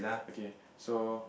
okay so